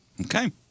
Okay